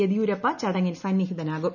യെദ്യൂരപ്പ ചടങ്ങിൽ സന്നിഹിതനാകും